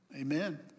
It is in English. Amen